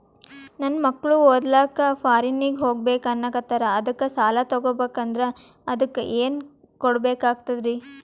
ನನ್ನ ಮಕ್ಕಳು ಓದ್ಲಕ್ಕ ಫಾರಿನ್ನಿಗೆ ಹೋಗ್ಬಕ ಅನ್ನಕತ್ತರ, ಅದಕ್ಕ ಸಾಲ ತೊಗೊಬಕಂದ್ರ ಅದಕ್ಕ ಏನ್ ಕೊಡಬೇಕಾಗ್ತದ್ರಿ?